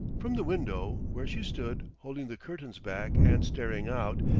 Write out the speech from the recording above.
from the window, where she stood, holding the curtains back and staring out,